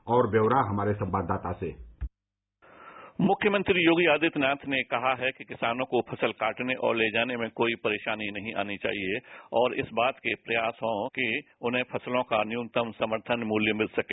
और ब्यौरा हमारे संवाददाता से मुख्यमंत्री योगी आदित्यनाथ ने कहा कि किसानों को फसल काटने और ले जाने में कोई परेशानी नहीं आना चाहिए और इस बात के प्रयासों के उन्हें फसलों का न्यूनतम समर्थन मूल्य मिल सके